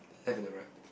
have in the right